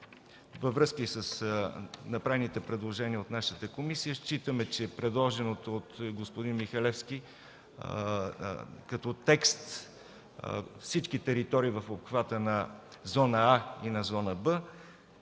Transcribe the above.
във връзка и с направените предложения от нашата комисия, считаме, че предложеното от господин Михалевски като текст – всички територии в обхвата на зона „А” и на зона „Б”,